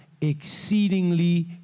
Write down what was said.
exceedingly